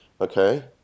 okay